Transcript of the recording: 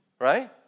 right